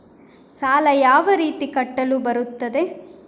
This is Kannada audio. ಸಾಲ ಯಾವ ರೀತಿ ಕಟ್ಟಲು ಬರುತ್ತದೆ?